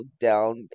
down